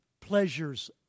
pleasures